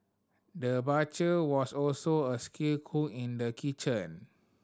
the butcher was also a skilled cook in the kitchen